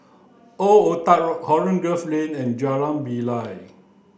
Old Oh Tuck Road Holland Grove Lane and Jalan Bilal